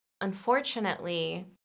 unfortunately